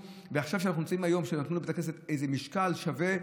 עכשיו אנחנו נמצאים היום כך שנתנו לבתי הכנסת איזה משקל שווה,